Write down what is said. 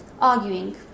arguing